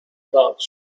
pouch